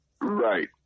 Right